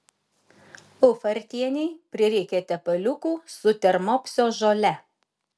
ufartienei prireikė tepaliukų su termopsio žole